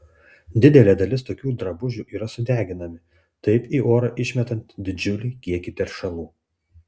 didelė dalis tokių drabužių yra sudeginami taip į orą išmetant didžiulį kiekį teršalų